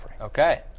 Okay